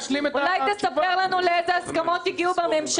אולי תספר לנו לאיזה הסכמות הגיעו בממשלה,